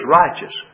righteous